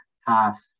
half